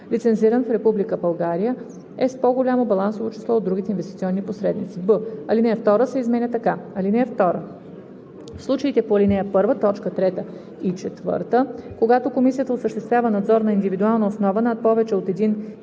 лицензиран в Република България, е с по-голямо балансово число от другите инвестиционни посредници.“; б) алинея 2 се изменя така: „(2) В случаите по ал. 1, т. 3 и 4, когато комисията осъществява надзор на индивидуална основа над повече от един